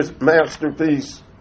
masterpiece